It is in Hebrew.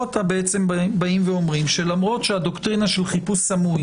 פה בעצם באים ואומרים שלמרות שהדוקטרינה של חיפוש סמוי